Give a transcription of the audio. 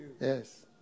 Yes